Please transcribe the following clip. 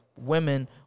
women